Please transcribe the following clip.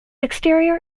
exterior